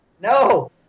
No